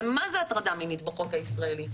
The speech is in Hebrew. ומה זה הטרדה מינית בחוק הישראלי.